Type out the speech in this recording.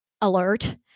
alert